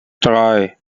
drei